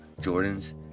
Jordans